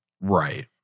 Right